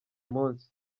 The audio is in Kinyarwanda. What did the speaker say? munsi